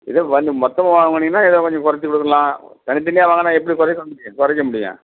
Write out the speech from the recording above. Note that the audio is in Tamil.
இதே வந்து மொத்தமா வாங்குனீங்கனால் எதோ கொஞ்சம் கொறைச்சி கொடுக்கலாம் தனி தனியாக வாங்குனால் எப்படி குறைக்க முடியும் குறைக்க முடியும்